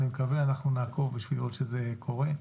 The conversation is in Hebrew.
ואנחנו נעקוב כדי לראות שזה קורה.